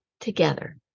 together